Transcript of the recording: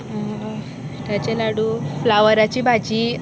पिठाचें लाडू फ्लावराची भाजी